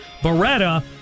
beretta